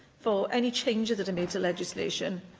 for any changes that are made to legislation,